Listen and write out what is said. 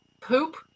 poop